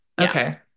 Okay